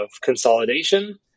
consolidation